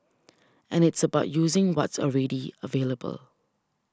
and it's about using what's already available